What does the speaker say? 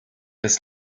des